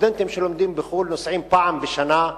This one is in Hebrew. סטודנטים שלומדים בחו"ל נוסעים פעם בשנה,